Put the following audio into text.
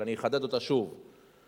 אני רק אחדד שוב את התשובה.